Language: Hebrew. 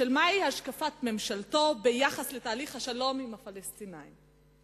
של השקפת ממשלתו ביחס לתהליך השלום עם הפלסטינים.